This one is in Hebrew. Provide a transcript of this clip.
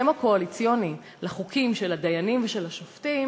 לפי ההסכם הקואליציוני על החוקים של הדיינים והשופטים,